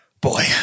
Boy